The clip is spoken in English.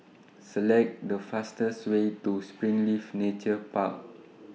Select The fastest Way to Springleaf Nature Park